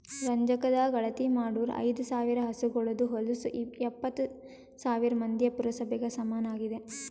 ರಂಜಕದಾಗ್ ಅಳತಿ ಮಾಡೂರ್ ಐದ ಸಾವಿರ್ ಹಸುಗೋಳದು ಹೊಲಸು ಎಪ್ಪತ್ತು ಸಾವಿರ್ ಮಂದಿಯ ಪುರಸಭೆಗ ಸಮನಾಗಿದೆ